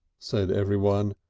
said everyone,